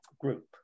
group